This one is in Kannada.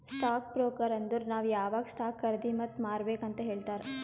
ಸ್ಟಾಕ್ ಬ್ರೋಕರ್ ಅಂದುರ್ ನಾವ್ ಯಾವಾಗ್ ಸ್ಟಾಕ್ ಖರ್ದಿ ಮತ್ ಮಾರ್ಬೇಕ್ ಅಂತ್ ಹೇಳ್ತಾರ